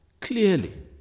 clearly